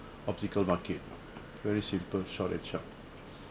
optical market very simple short and sharp